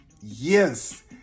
Yes